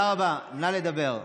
נא לדבר.